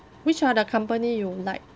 which are the company you like